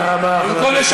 תודה רבה, חבר הכנסת אורן.